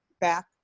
back